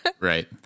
Right